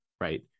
right